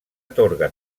atorga